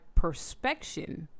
perspection